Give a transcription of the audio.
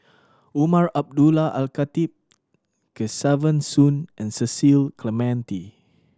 Umar Abdullah Al Khatib Kesavan Soon and Cecil Clementi